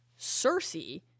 Cersei